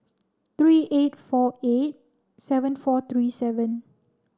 three eight four eight seven four three seven